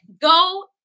Go